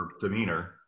demeanor